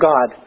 God